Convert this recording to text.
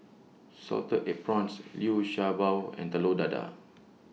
Salted Egg Prawns Liu Sha Bao and Telur Dadah